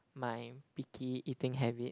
my picky eating habit